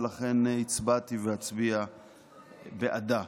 ולכן הצבעתי ואצביע בעדה.